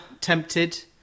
tempted